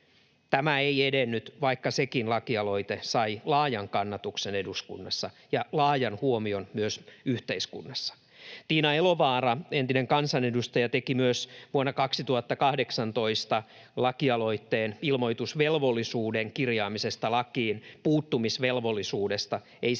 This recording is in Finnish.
Tämä ei edennyt, vaikka sekin lakialoite sai laajan kannatuksen eduskunnassa ja laajan huomion myös yhteiskunnassa. Tiina Elovaara, entinen kansanedustaja, teki myös vuonna 2018 lakialoitteen ilmoitusvelvollisuuden kirjaamisesta lakiin, puuttumisvelvollisuudesta.